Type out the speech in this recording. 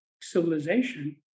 civilization